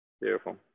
Beautiful